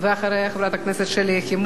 חברת הכנסת שלי יחימוביץ.